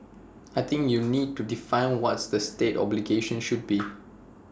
I think you need to define what the state's obligations should be